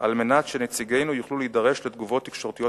על מנת שנציגינו יוכלו להידרש לתגובות תקשורתיות